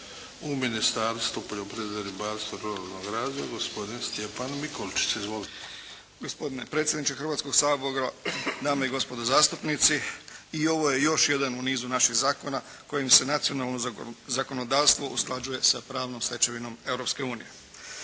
u Ministarstvu poljoprivrede, ribarstva i ruralnog razvoja, gospodin Stjepan Mikolčić. Izvolite. **Mikolčić, Stjepan** Gospodine predsjedniče Hrvatskoga sabora, dame i gospodo zastupnici. I ovo je još jedan u nizu naših zakona kojim se nacionalno zakonodavstvo usklađuje sa pravnom stečevinom